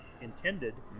intended